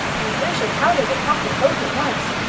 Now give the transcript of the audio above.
and gracious, how they were talking both at once!